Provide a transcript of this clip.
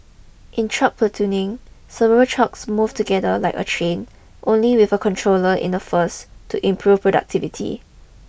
in truck platooning several trucks move together like a train only with a controller in the first to improve productivity